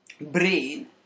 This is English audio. brain